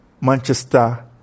Manchester